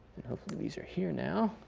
hopefully these are here now.